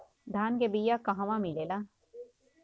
धान के बिया कहवा मिलेला?